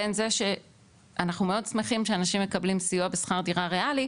בין זה שאנחנו מאד שמחים שאנשים מקבלים סיוע בשכר דירה ריאלי,